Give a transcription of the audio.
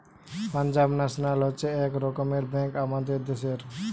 Punjab national হচ্ছে এক রকমের ব্যাঙ্ক আমাদের দ্যাশের